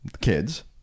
kids